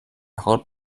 haut